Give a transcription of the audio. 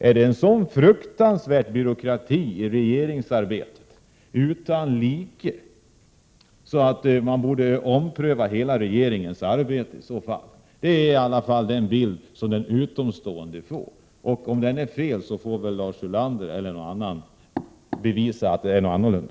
Är det en sådan fruktansvärd byråkrati i regeringsarbetet, borde man ompröva regeringens hela arbete. Det är den bild som en utomstående får. Om den är felaktig, får väl Lars Ulander eller någon annan bevisa att det är annorlunda.